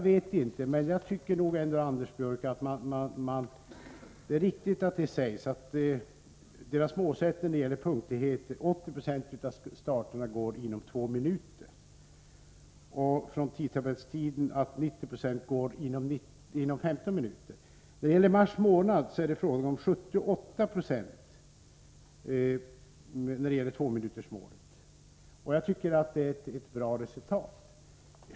Det är riktigt att flygbolagens målsättning när det gäller punktlighet är att 80 0 av starterna skall avgå inom 2 minuter från tidtabellstiden och att 90 9o skall avgå inom 15 minuter. Under mars månad har man för 78 96 av avgångarna uppnått 2-minutersmålet. Jag tycker att det är ett bra resultat.